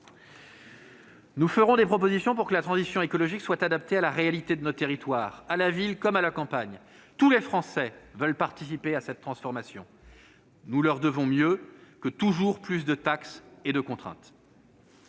Nous ferons des propositions pour que la transition écologique soit adaptée à la réalité de nos territoires, à la ville comme à la campagne. Tous les Français veulent participer à cette transformation. Nous leur devons mieux que toujours plus de taxes et de contraintes.